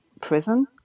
prison